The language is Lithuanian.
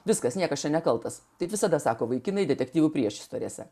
viskas niekas čia nekaltas taip visada sako vaikinai detektyvų priešistorės